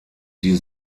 die